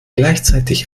gleichzeitig